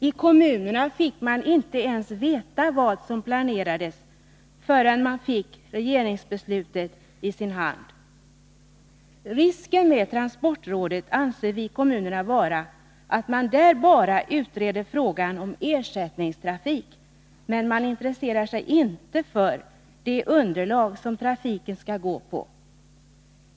I kommunerna fick man inte ens veta vad som planerades förrän man fick regeringsbeslutet i sin hand. Risken med transportrådet anser vi i kommunerna vara att man där bara utreder frågan om ersättningstrafik men inte intresserar sig för underlaget för trafiken.